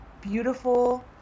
beautiful